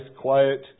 quiet